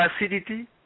acidity